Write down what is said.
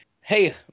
hey